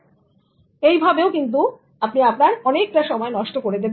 সুতরাং এই ভাবেও আপনি আপনার অনেকটা সময় নষ্ট করে দেবেন